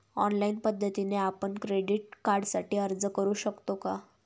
Online पद्धतीने आपण credit कार्डसाठी अर्ज करु शकतो का?